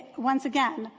once again,